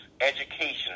education